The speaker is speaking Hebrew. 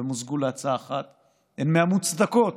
ומוזגו להצעה אחת, הן מהמוצדקות